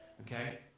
okay